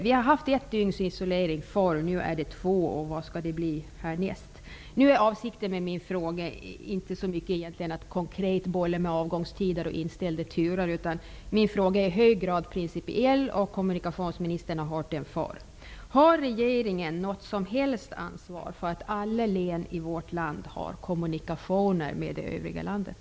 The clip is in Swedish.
Vi har haft ett dygns isolering förr. Nu är det två. Vad skall det bli härnäst? Avsikten med min fråga är egentligen inte att konkret bolla med avgångstider och inställda turer. Min fråga är i hög grad principiell. Kommunikationsministern har hört den förr: Har regeringen något som helst ansvar för att alla län i vårt land har kommunikationer med det övriga landet?